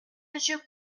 monsieur